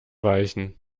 weichen